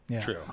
True